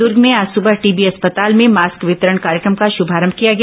दर्ग में आज सुबह टीबी अस्पताल में मास्क वितरण कार्यक्रम का श्रभारंभ किया गया